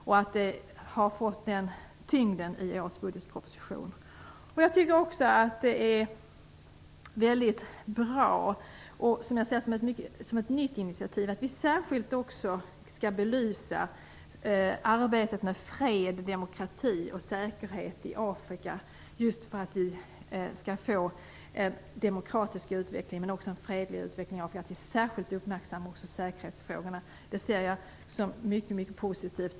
Detta har fått tyngd i årets budgetproposition. Jag tycker också att det är mycket bra och ser det som ett nytt initiativ att vi särskilt skall belysa arbetet med fred, demokrati och säkerhet i Afrika. Just för att vi skall få en demokratisk utveckling, men också en fredlig utveckling i Afrika är det bra att vi särskilt uppmärksammar också säkerhetsfrågorna. Det ser jag som mycket positivt.